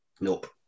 nope